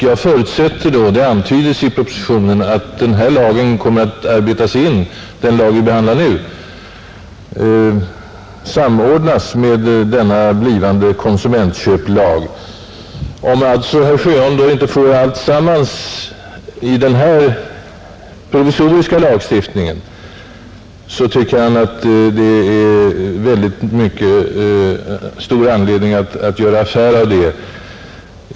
Jag förutsätter då — det antyds också i propositionen — att den lag som vi nu behandlar kommer att samordnas med denna blivande konsumentköplag. Om alltså herr Sjöholm inte får alltsammans i den här provisoriska lagstiftningen så tycker han att det är mycket stor anledning att göra affär av det.